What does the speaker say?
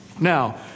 Now